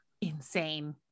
Insane